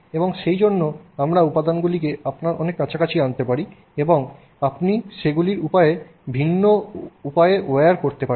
এবং সেইজন্য আমরা উপাদানগুলিকে আপনার অনেক কাছাকাছি আনতে পারি এবং আপনি সেগুলি কিছুটা ভিন্ন উপায়ে ওয়্যার করতে পারেন